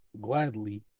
Gladly